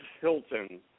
Hilton